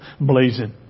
blazing